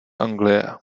anglie